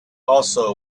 also